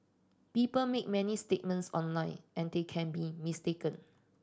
people make many statements online and they can be mistaken